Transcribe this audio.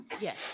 Yes